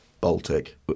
Baltic